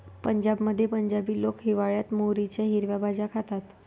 पंजाबमध्ये पंजाबी लोक हिवाळयात मोहरीच्या हिरव्या भाज्या खातात